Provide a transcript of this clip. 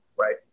right